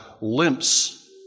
limps